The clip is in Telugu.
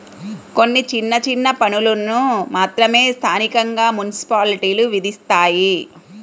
కొన్ని చిన్న చిన్న పన్నులను మాత్రమే స్థానికంగా మున్సిపాలిటీలు విధిస్తాయి